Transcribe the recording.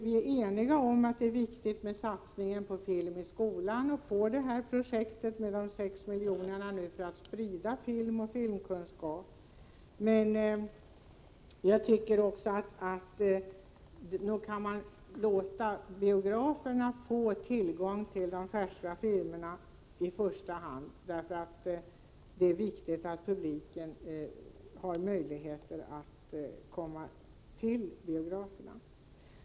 Vi är eniga om att det är viktigt med satsningen på film i skolan och på sexmiljonersprojektet för att sprida film och filmkunskap. Men nog kan man låta i första hand biograferna få tillgång till de färska filmerna — det är viktigt att publiken har möjligheter att komma till biograferna.